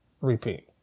repeat